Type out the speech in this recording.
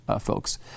folks